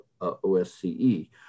OSCE